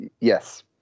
Yes